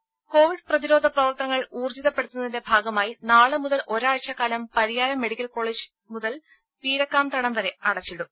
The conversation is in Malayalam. രുമ കോവിഡ് പ്രതിരോധ പ്രവർത്തനങ്ങൾ ഊർജ്ജിതപ്പെടുത്തുന്നതിന്റെ ഭാഗമായി നാളെ മുതൽ ഒരാഴ്ച്ചക്കാലം പരിയാരം മെഡിക്കൽ കോളേജ് മുതൽ പീരക്കാംതടം വരെ അടച്ചിടും